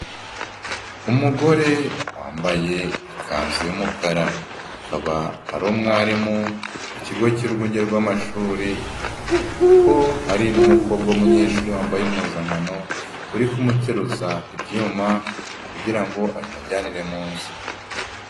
Umugore wambaye ikanzu y'umukara akaba ari umwarimu ku kigo cy'urwunge rw'amashuri, aho hari n'umukobwa w'umunyeshuri wambaye impuzankano uri kumuteruza ibyuma kugira ngo abimujyanire mu nzu.